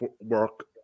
work